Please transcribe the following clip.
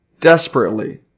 Desperately